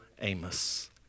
Amos